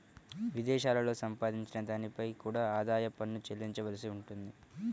విదేశాలలో సంపాదించిన దానిపై కూడా ఆదాయ పన్ను చెల్లించవలసి ఉంటుంది